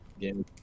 Game